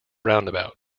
roundabout